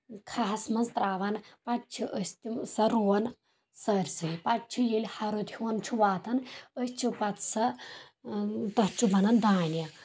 کھہس منٛز تروان پَتہٕ چھِ أسۍ تِم سُہ روان سٲرسہِ پَتہٕ چھُ ییٚلہِ رُد ہِیوٗوَن چھُ واتن أسۍ چھِ پَتہٕ سہ تَتھ چھُ بَنان دانہِ